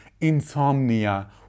insomnia